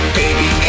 baby